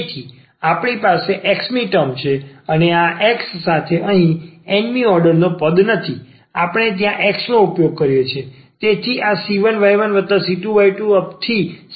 તેથી આપણી પાસે આ x મી ટર્મ છે અને આ x સાથે અહીં n મી ઓર્ડર નો પદ નથી આપણે ત્યાં x નો ઉપયોગ કર્યો છે